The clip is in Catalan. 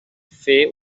fer